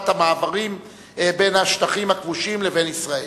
המעברים בין השטחים הכבושים לבין ישראל.